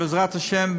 בעזרת השם,